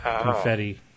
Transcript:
confetti